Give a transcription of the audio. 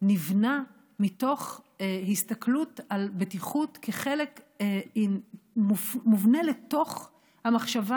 נבנה מתוך הסתכלות על בטיחות כחלק מובנה בתוך המחשבה